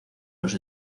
los